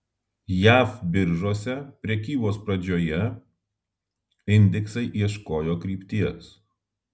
jav biržose prekybos pradžioje indeksai ieškojo krypties